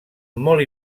molt